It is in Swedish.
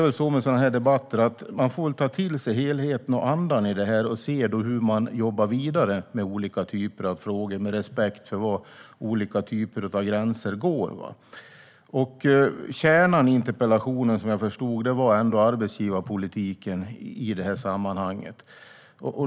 I sådana här debatter får man ta till sig helheten och andan och se hur man ska jobba vidare med olika typer av frågor med respekt för var olika gränser går. Som jag förstod det var det arbetsgivarpolitiken som var kärnan i interpellationen.